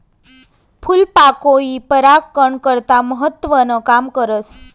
फूलपाकोई परागकन करता महत्वनं काम करस